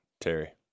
Terry